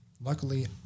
Luckily